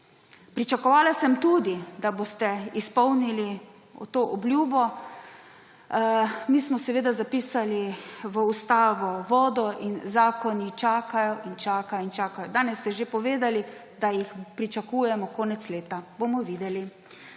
Pričakovala sem tudi, da boste izpolnili to obljubo. Mi smo seveda zapisali v ustavo vodo in zakoni čakajo in čakajo in čakajo. Danes ste že povedali, da jih pričakujemo konec leta. Bomo videli.